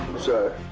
sir,